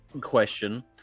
question